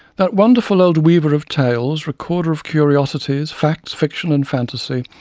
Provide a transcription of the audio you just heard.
that wonderful old weaver of tales, recorder of curiosities, facts, fiction and fantasy,